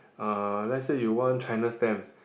uh let's say you want China stamps